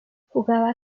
jugaba